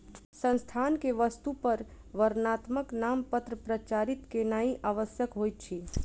संस्थान के वस्तु पर वर्णात्मक नामपत्र प्रचारित केनाई आवश्यक होइत अछि